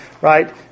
right